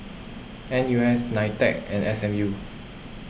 N U S Nitec and S M U